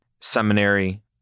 seminary